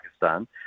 Pakistan